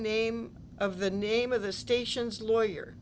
name of the name of the station's lawyer